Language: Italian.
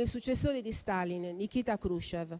il successore di Stalin, Nikita Chruščëv.